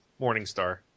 Morningstar